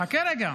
חכה רגע.